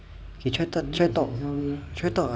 okay try talk try talk try talk err